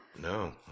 No